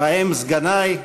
ובהם סגנַי,